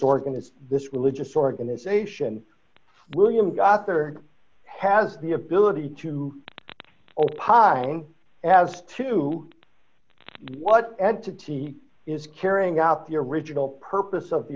organised this religious organisation william gother has the ability to opine as to what entity is carrying out the original purpose of the